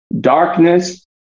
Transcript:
darkness